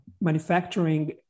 manufacturing